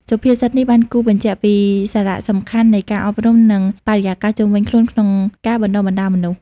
សុភាសិតនេះបានគូសបញ្ជាក់ពីសារៈសំខាន់នៃការអប់រំ និងបរិយាកាសជុំវិញខ្លួនក្នុងការបណ្តុះបណ្តាលមនុស្ស។